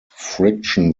friction